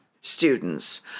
students